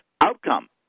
outcome